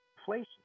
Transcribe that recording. inflation